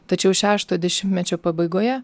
tačiau šešto dešimtmečio pabaigoje